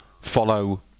follow